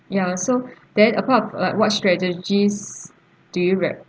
ya so that apart of ah what strategies do you rec~